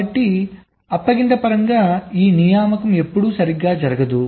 కాబట్టి అప్పగింత పరంగా ఈ నియామకం ఎప్పటికీ సరిగ్గా జరగదు